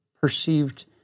perceived